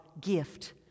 gift